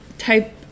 type